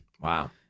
wow